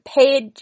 paid